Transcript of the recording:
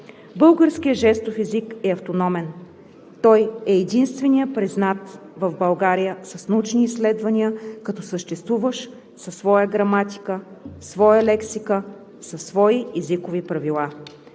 Българският жестов език е автономен. Той е единственият признат в България с научни изследвания като съществуващ със своя граматика, своя лексика, със свои езикови правила.